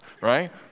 right